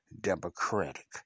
democratic